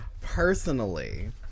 personally